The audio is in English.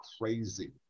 crazy